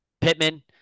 Pittman